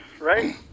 right